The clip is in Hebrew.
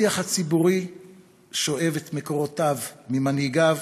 השיח הציבורי שואב את מקורותיו ממנהיגיו,